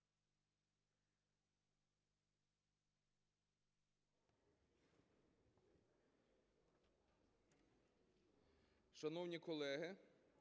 Шановні колеги,